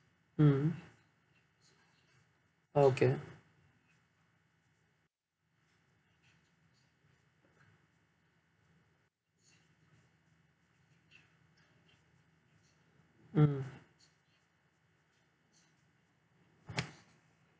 mm okay mm